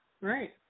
Right